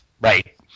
Right